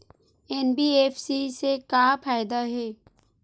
NBFC से का फ़ायदा हे?